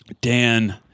Dan